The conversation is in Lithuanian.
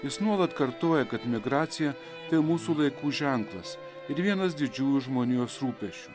jis nuolat kartoja kad migracija tai mūsų laikų ženklas ir vienas didžiųjų žmonijos rūpesčių